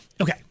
okay